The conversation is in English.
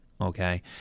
okay